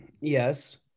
Yes